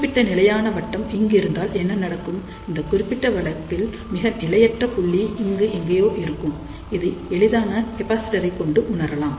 குறிப்பிட்ட நிலையான வட்டம் இங்கிருந்தால் என்ன நடக்கும் இந்த குறிப்பிட்ட வழக்கில் மிக நிலையற்ற புள்ளி இங்கு எங்கேயோ இருக்கும் இதை எளிதான கெப்பாசிட்டரை கொண்டு உணரலாம்